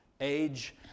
age